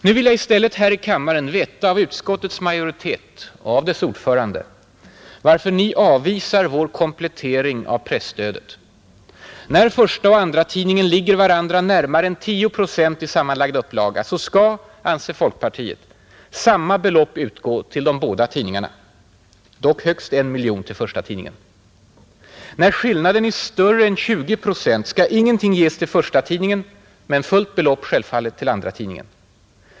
Nu vill jag i stället här i kammaren veta av utskottets majoritet och av dess ordförande varför ni avvisar vår komplettering av presstödet. När förstaoch andratidningen ligger varandra närmare än 10 procent i sammanlagd upplaga skall, anser folkpartiet, samma belopp utgå till båda tidningarna, dock högst 1 miljon till förstatidningen. När skillnaden är större än 20 procent skall ingenting ges till förstatidningen men fullt belopp självfallet till andratidningen.